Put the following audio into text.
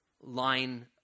line